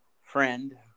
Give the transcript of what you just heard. friend